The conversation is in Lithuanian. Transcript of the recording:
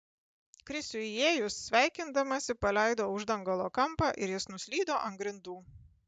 krisiui įėjus sveikindamasi paleido uždangalo kampą ir jis nuslydo ant grindų